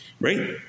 right